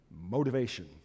motivation